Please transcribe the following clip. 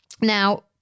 Now